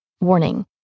Warning